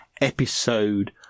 Episode